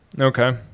Okay